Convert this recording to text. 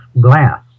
glass